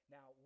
Now